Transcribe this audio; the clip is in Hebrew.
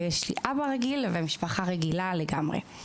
יש לי אבא רגיל ומשפחה רגילה לגמרי.